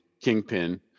kingpin